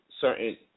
certain